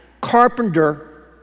carpenter